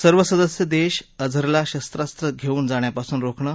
सर्व सदस्य देश अझरला शस्त्रात्रे घेऊन जाण्यापासून रोखणं